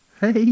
Hey